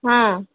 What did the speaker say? ହଁ